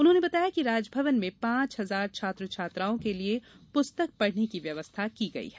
उन्होंने बताया कि राजभवन में पाँच हजार छात्र छात्राओं के लिये पुस्तक पढ़ने की व्यवस्था की गई है